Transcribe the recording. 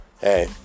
hey